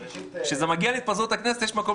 כשזה מגיע להתפזרות הכנסת יש מקום